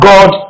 God